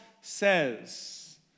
says